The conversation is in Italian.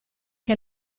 che